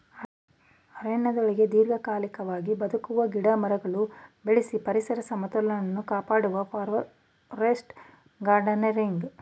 ಅರಣ್ಯದೊಳಗೆ ದೀರ್ಘಕಾಲಿಕವಾಗಿ ಬದುಕುವ ಗಿಡಮರಗಳು ಬೆಳೆಸಿ ಪರಿಸರ ಸಮತೋಲನವನ್ನು ಕಾಪಾಡುವುದು ಫಾರೆಸ್ಟ್ ಗಾರ್ಡನಿಂಗ್